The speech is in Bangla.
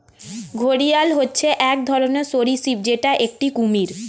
ঘড়িয়াল হচ্ছে এক ধরনের সরীসৃপ যেটা একটি কুমির